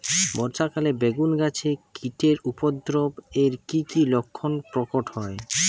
বর্ষা কালে বেগুন গাছে কীটের উপদ্রবে এর কী কী লক্ষণ প্রকট হয়?